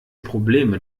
probleme